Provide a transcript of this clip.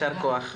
יישר כח.